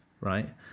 right